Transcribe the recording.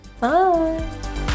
Bye